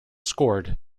scored